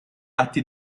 atti